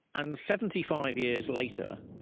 and seventy five years later,